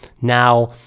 Now